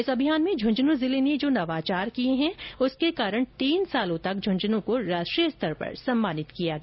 इस अभियान में झेंझन् जिले ने जो नवाचार किए उसके कारण लगातार तीन सालों तक झुंझुनूं को राष्ट्रीय स्तर पर सम्मानित किया गया